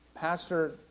Pastor